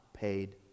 paid